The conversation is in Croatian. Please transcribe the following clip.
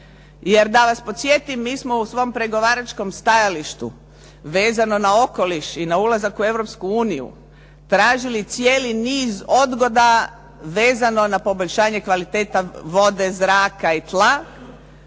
Jer da vas podsjetim, mi smo u svom pregovaračkom stajalištu vezano na okoliš i na ulazak u Europsku uniju tražili cijeli niz odgoda vezano na poboljšanje kvalitete vode, zraka i tla